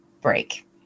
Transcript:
break